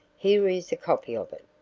here is a copy of it.